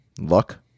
luck